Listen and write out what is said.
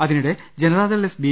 അതിനിടെ Janata Dal S B